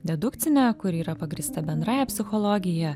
dedukcinę kuri yra pagrįsta bendrąja psichologija